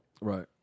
Right